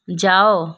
ଯାଅ